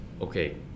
okay